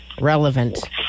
relevant